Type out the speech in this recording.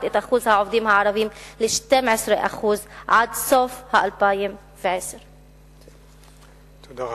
את אחוז העובדים הערבים ל-12% עד סוף 2010. תודה.